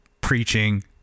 preaching